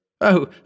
Oh